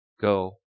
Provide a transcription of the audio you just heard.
go